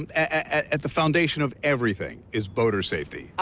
at at the foundation of everything is boater safety.